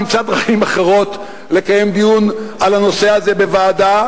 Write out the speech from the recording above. נמצא דרכים אחרות לקיים דיון על הנושא הזה בוועדה,